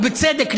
ובצדק,